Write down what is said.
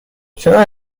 چرا